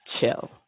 chill